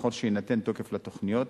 וככל שיינתן תוקף לתוכניות,